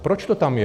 Proč to tam je?